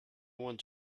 want